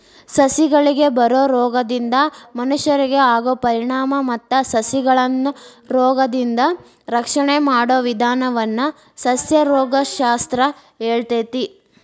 ಸಸಿಗಳಿಗೆ ಬರೋ ರೋಗದಿಂದ ಮನಷ್ಯರಿಗೆ ಆಗೋ ಪರಿಣಾಮ ಮತ್ತ ಸಸಿಗಳನ್ನರೋಗದಿಂದ ರಕ್ಷಣೆ ಮಾಡೋ ವಿದಾನವನ್ನ ಸಸ್ಯರೋಗ ಶಾಸ್ತ್ರ ಹೇಳ್ತೇತಿ